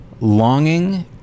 longing